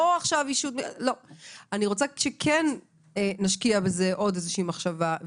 אני רוצה שכן נשקיע בזה עוד איזושהי מחשבה,